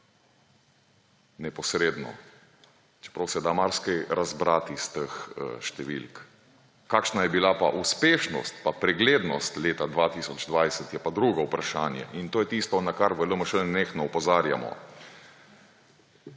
neposredno, čeprav se da marsikaj razbrati iz teh številk. Kakšna je bila pa uspešnost pa preglednost leta 2020, je pa drugo vprašanje. In to je tisto, na kar v LMŠ nenehno opozarjamo.